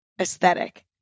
aesthetic